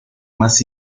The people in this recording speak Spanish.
más